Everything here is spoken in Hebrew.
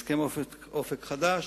הסכם "אופק חדש"